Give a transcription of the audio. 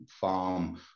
farm